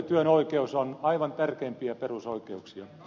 työn oikeus on aivan tärkeimpiä perusoikeuksia